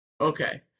okay